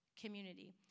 community